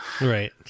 Right